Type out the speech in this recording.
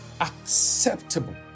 acceptable